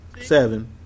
seven